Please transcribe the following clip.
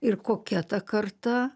ir kokia ta karta